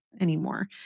anymore